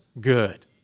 good